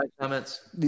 comments